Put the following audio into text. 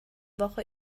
woche